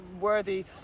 worthy